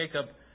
Jacob